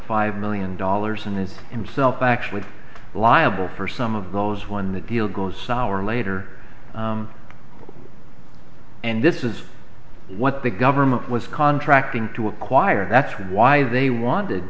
five million dollars in it's him self actually liable for some of those when the deal goes sour later and this is what the government was contracting to acquire that's why they wanted